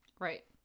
Right